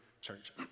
Church